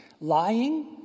Lying